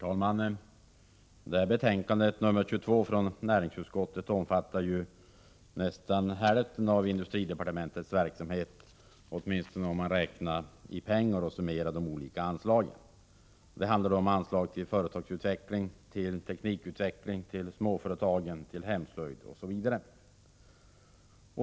Herr talman! Betänkande nr 22 från näringsutskottet avser ju nästan hälften av industridepartementets verksamhet, åtminstone om man räknar i pengar och summerar de olika anslagen. Det handlar om anslag till företagsutveckling, till teknikutveckling, till småföretagen, till hemslöjd osv.